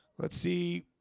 let's see